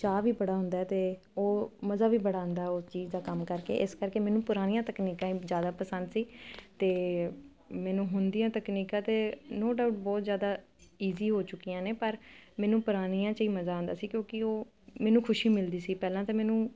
ਚਾਅ ਵੀ ਬੜਾ ਹੁੰਦਾ ਤੇ ਉਹ ਮਜ਼ਾ ਵੀ ਬੜਾ ਆਉਂਦਾ ਉਹ ਚੀਜ਼ ਦਾ ਕੰਮ ਕਰਕੇ ਇਸ ਕਰਕੇ ਮੈਨੂੰ ਪੁਰਾਣੀਆਂ ਤਕਨੀਕਾਂ ਜਿਆਦਾ ਪਸੰਦ ਸੀ ਤੇ ਮੈਨੂੰ ਹੁਣ ਦੀਆਂ ਤਕਨੀਕਾਂ ਤੇ ਨੋ ਡਾਊਟ ਬਹੁਤ ਜਿਆਦਾ ਈਜ਼ੀ ਹੋ ਚੁੱਕੀਆਂ ਨੇ ਪਰ ਮੈਨੂੰ ਪੁਰਾਣੀਆਂ 'ਚ ਈ ਮਜ਼ਾ ਆਉਂਦਾ ਸੀ ਕਿਉਂਕਿ ਉਹ ਮੈਨੂੰ ਖੁਸ਼ੀ ਮਿਲਦੀ ਸੀ ਪਹਿਲਾਂ ਤਾਂ ਮੈਨੂੰ